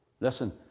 Listen